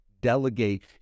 Delegate